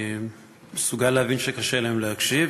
אנחנו נקווה, אני מסוגל להבין שקשה להם להקשיב.